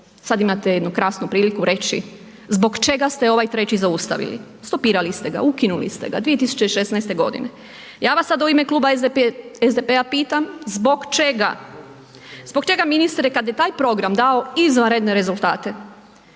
sad imate jednu krasnu priliku reći zbog čega ste ovaj treći zaustavili, stopirali ste ga, ukinuli ste ga 2016. godine. Ja vas sad u ime Kluba SDP-a pitam zbog čega, zbog čega ministre kada je taj program dao izvanredne rezultate